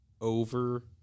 over